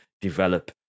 develop